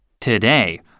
Today